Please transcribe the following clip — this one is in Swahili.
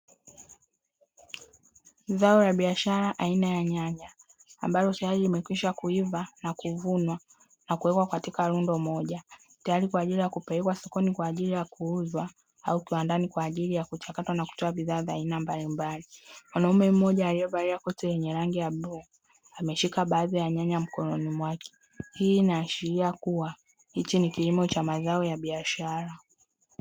Zao la biashara aina ya nyanya ambalo tayari limekwisha kuiva, na kuvunwa na kuwekwa katika rundo moja; tayari kwa ajili ya kupelekwa sokoni kwa ajili ya kuuzwa au kiwandani kwa ajili ya kuchakatwa na kutoa bidhaa za aina mbalimbali. Mwanaume mmoja aliyevalia koti lenye rangi ya bluu, ameshika baadhi ya nyanya mkononi mwake. Hii inaashiria kuwa hichi ni kilimo cha mazao ya biashara.